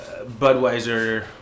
Budweiser